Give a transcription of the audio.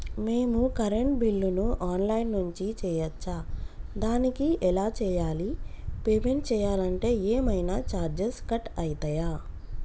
మేము కరెంటు బిల్లును online నుంచి చేయచ్చా? దానికి ఎలా చేయాలి? పేమెంట్ చేయాలంటే ఏమైనా చార్జెస్ కట్ అయితయా?